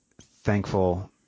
thankful